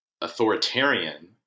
authoritarian